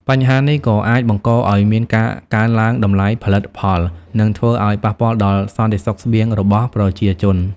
បញ្ហានេះក៏អាចបង្កឲ្យមានការកើនឡើងតម្លៃផលិតផល និងធ្វើឲ្យប៉ះពាល់ដល់សន្តិសុខស្បៀងរបស់ប្រជាជន